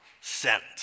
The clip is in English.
sent